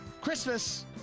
Christmas